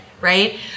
Right